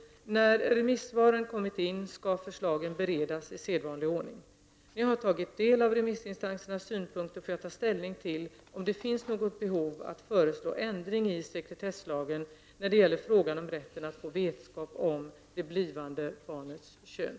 När remissvaren kommit in skall förslagen beredas i sedvanlig ordning. När jag har tagit del av remissinstansernas synpunkter får jag ta ställning till om det finns något behov att föreslå ändring i sekretesslagen när det gäller frågan om rätten att få vetskap om det blivande barnets kön.